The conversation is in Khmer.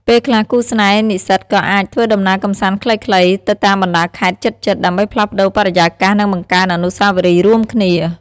ពេលខ្លះ គូស្នេហ៍និស្សិតក៏អាច ធ្វើដំណើរកម្សាន្តខ្លីៗ ទៅតាមបណ្ដាខេត្តជិតៗ ដើម្បីផ្លាស់ប្ដូរបរិយាកាស និងបង្កើតអនុស្សាវរីយ៍រួមគ្នា។